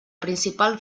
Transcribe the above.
principal